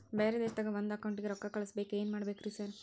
ಬ್ಯಾರೆ ದೇಶದಾಗ ಒಂದ್ ಅಕೌಂಟ್ ಗೆ ರೊಕ್ಕಾ ಕಳ್ಸ್ ಬೇಕು ಏನ್ ಮಾಡ್ಬೇಕ್ರಿ ಸರ್?